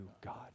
God